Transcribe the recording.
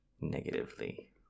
negatively